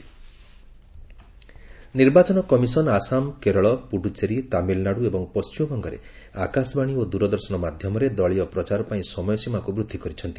ECI ନିର୍ବାଚନ commission Assam Kerala Puducherry Tamil Nadu ଏବଂ ପଣ୍ଟିମବଙ୍ଗରେ ଆକାଶବାଣୀ ଓ ଦୂରଦର୍ଶନ ମାଧ୍ୟମରେ ଦଳୀୟ ପ୍ରଚାର ପାଇଁ ସମୟ ସୀମାକୁ ବୃଦ୍ଧି କରିଛନ୍ତି